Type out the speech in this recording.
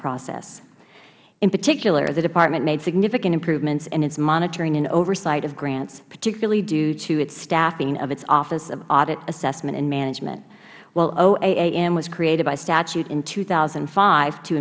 process in particular the department made significant improvements in its monitoring and oversight of grants particularly due to its staffing of its office of audit assessment and management while oaam was created by statute in two thousand and five to